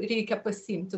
reikia pasiimti